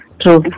True